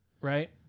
right